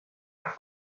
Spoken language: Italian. pane